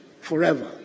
forever